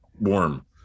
warm